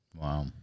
wow